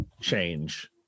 change